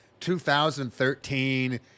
2013